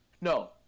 No